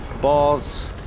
Balls